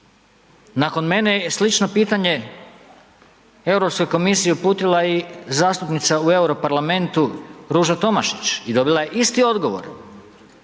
Nakon mene je slično pitanje Europskoj komisiji uputila i zastupnica u Europarlamentu Ruža Tomašić i dobila je isti odgovor.